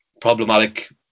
problematic